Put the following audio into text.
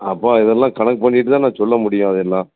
அப்போ இதெல்லாம் கணக்கு பண்ணிட்டு தான் நான் சொல்லமுடியும் அதை எல்லாம்